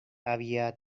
había